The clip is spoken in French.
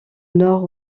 nord